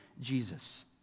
Jesus